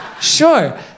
Sure